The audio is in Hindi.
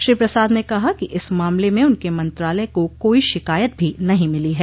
श्री प्रसाद ने कहा कि इस मामले में उनके मंत्रालय को कोइ शिकायत भी नहीं मिली है